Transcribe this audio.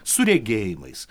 su regėjimais